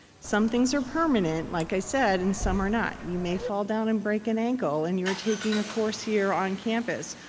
some things are permanent, like i said. and some are not. you may fall down and break an ankle, and you're taking a course here on campus.